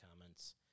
comments